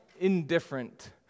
indifferent